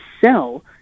sell